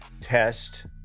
test